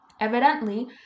Evidently